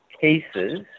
cases